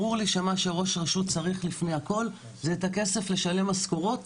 ברור לי שמה שראש רשות צריך לפני הכל זה את הכסף לשלם משכורות,